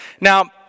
Now